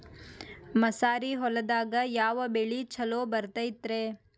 ಮಸಾರಿ ಹೊಲದಾಗ ಯಾವ ಬೆಳಿ ಛಲೋ ಬರತೈತ್ರೇ?